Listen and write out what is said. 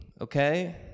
okay